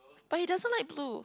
but he doesn't like to